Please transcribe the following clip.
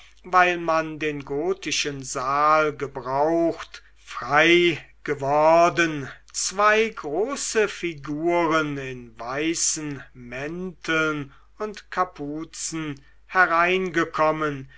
weil man den gotischen saal gebraucht frei geworden zwei große figuren in weißen mänteln und kapuzen hereingekommen